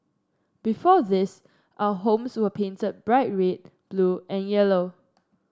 before this our homes were painted bright red blue and yellow